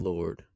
Lord